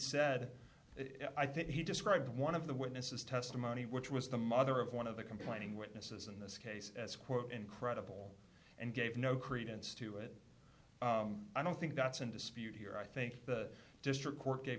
said i think he described one of the witnesses testimony which was the mother of one of the complaining witnesses in this case as quote incredible and gave no credence to it i don't think that's in dispute here i think the district court